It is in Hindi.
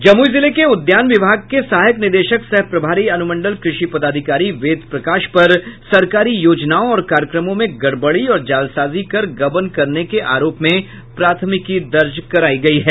जमुई जिले के उद्यान विभाग के सहायक निदेशक सह प्रभारी अनुमंडल कृषि पदाधिकारी वेद प्रकाश पर सरकारी योजनाओं और कार्यक्रमों में गड़बड़ी और जालसाजी कर गबन करने के आरोप में प्राथमिकी दर्ज कराई गई है